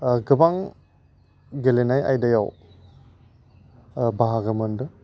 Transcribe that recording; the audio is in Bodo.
गोबां गेलेनाय आयदायाव बाहागो मोनदों